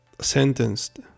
sentenced